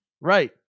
Right